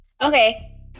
okay